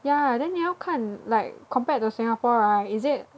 ya then 你要看 like compared to Singapore right is it